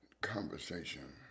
conversation